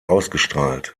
ausgestrahlt